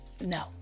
No